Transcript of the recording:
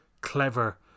clever